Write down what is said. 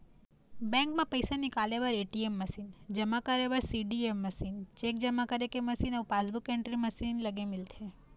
bank म पइसा निकाले बर ए.टी.एम मसीन, जमा करे बर सीडीएम मशीन, चेक जमा करे के मशीन अउ पासबूक एंटरी मशीन लगे मिलथे